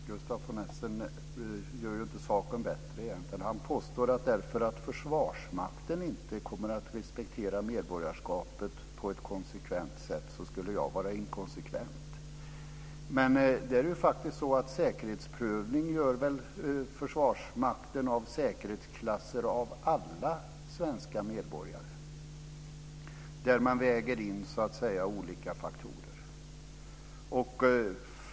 Fru talman! Gustaf von Essen gör inte saken bättre. Han påstår att därför att Försvarsmakten inte kommer att respektera medborgarskapet på ett konsekvent sätt skulle jag vara inkonsekvent. Men säkerhetsprövning och säkerhetsklassning gör väl Försvarsmakten av alla svenska medborgare, där man väger in olika faktorer.